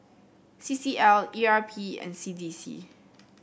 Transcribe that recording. C C L E R P and C D C